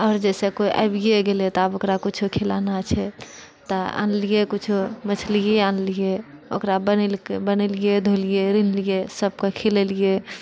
आओर जैसे केओ आबिए गेलै तऽ आब ओकरा किछु खिलाना छै तऽ आनलिऐ किछु मछली ही आनलिऐ ओकरा बनेलकै बनेलिऐ धोलिऐ रान्हलिऐ सभकेँ खिलेलिऐ